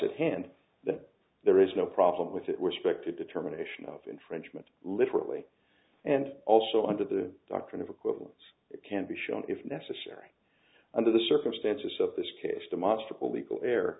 at hand that there is no problem with it were suspected determination of infringement literally and also under the doctrine of acquittal it can be shown if necessary under the circumstances of this case